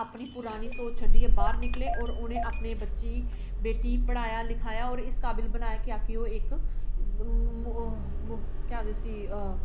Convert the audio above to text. अपनी पुरानी सोच छड्डियै बाह्र निकले होर उनें अपने बच्ची गी बेटी गी पढ़ाया लखाया होर इस काबिल बनाया तां कि ओह् इक केह् आखदे उसी